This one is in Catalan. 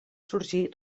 sorgir